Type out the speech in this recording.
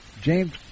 James